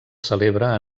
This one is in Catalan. celebra